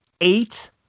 Eight